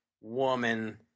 woman